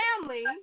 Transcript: family